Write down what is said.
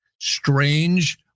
Strange